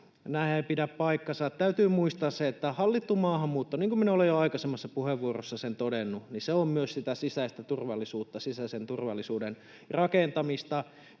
eivät pidä paikkaansa. Täytyy muistaa se, että hallittu maahanmuutto, niin kuin minä olen jo aikaisemmassa puheenvuorossa todennut, on myös sitä sisäistä turvallisuutta, sisäisen turvallisuuden rakentamista.